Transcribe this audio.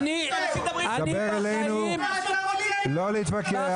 רק אני מציע כל אחד יתעסק אחד,